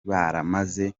baramaze